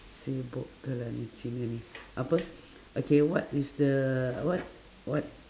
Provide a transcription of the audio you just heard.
sibuk betul lah ni cina ni apa okay what is the what what